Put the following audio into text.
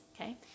okay